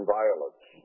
violence